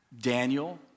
Daniel